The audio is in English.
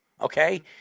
Okay